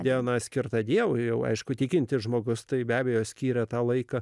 diena skirta dievui jau aišku tikintis žmogus tai be abejo skyrė tą laiką